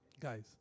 guys